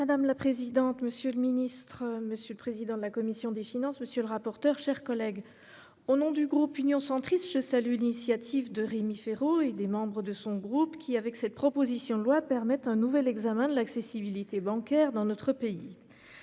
Madame la présidente, monsieur le ministre, monsieur le président de la commission des finances, monsieur le rapporteur, chers collègues. Au nom du groupe Union centriste, je salue l'initiative de Rémi Féraud, et des membres de son groupe qui, avec cette proposition de loi permette un nouvel examen de l'accessibilité bancaire dans notre pays.